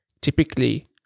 typically